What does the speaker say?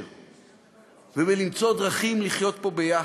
וביושר ובלמצוא דרכים לחיות פה ביחד.